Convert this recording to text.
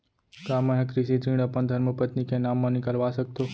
का मैं ह कृषि ऋण अपन धर्मपत्नी के नाम मा निकलवा सकथो?